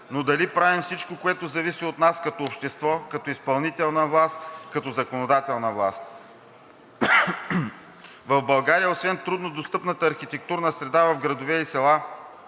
Но дали правим всичко, което зависи от нас като общество, като изпълнителна власт, като законодателна власт? В България освен труднодостъпната архитектурна среда в градовете и селата,